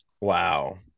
Wow